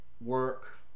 Work